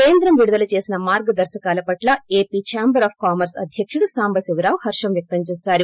కేంద్రం విడుదల చేసిన మార్గదర్రకాల పట్ల ఏపీ ధాంబర్ ఆఫ్ కామర్స్ అధ్వకుడు సొంబశివరావు హరం వ్యక్తం చేశారు